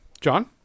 John